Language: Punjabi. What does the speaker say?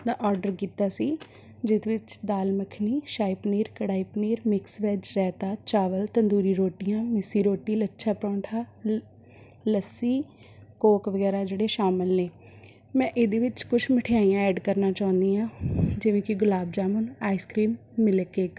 ਦਾ ਔਡਰ ਕੀਤਾ ਸੀ ਜਿਹਦੇ ਵਿੱਚ ਦਾਲ ਮੱਖਣੀ ਸ਼ਾਹੀ ਪਨੀਰ ਕੜਾਹੀ ਪਨੀਰ ਮਿਕਸ ਵੈੱਜ ਰਾਇਤਾ ਚਾਵਲ ਤੰਦੂਰੀ ਰੋਟੀਆਂ ਮਿੱਸੀ ਰੋਟੀ ਲੱਛਾ ਪਰੌਂਠਾ ਅ ਲੱ ਲੱਸੀ ਕੋਕ ਵਗੈਰਾ ਜਿਹੜੇ ਸ਼ਾਮਿਲ ਨੇ ਮੈਂ ਇਹਦੇ ਵਿੱਚ ਕੁਛ ਮਠਿਆਈਆਂ ਐਡ ਕਰਨਾ ਚਾਹੁੰਦੀ ਹਾਂ ਜਿਵੇਂ ਕਿ gulab jamun ice cream milk cake